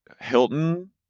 Hilton